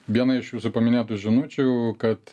viena iš jūsų paminėtų žinučių kad